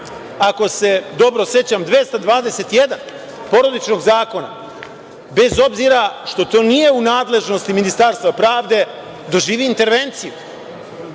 ako se dobro sećam 221. Porodičnog zakona, bez obzira što to nije u nadležnosti Ministarstva pravde, doživi intervenciju.